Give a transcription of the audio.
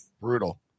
Brutal